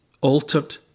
altered